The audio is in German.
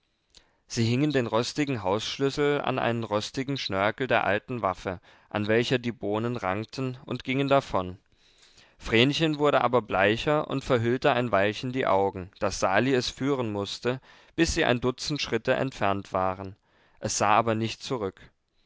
sie hingen den rostigen hausschlüssel an einen rostigen schnörkel der alten waffe an welcher die bohnen rankten und gingen davon vrenchen wurde aber bleicher und verhüllte ein weilchen die augen daß sali es führen mußte bis sie ein dutzend schritte entfernt waren es sah aber nicht zurück